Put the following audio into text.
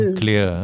clear